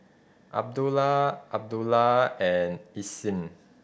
Abdullah Abdullah and Isnin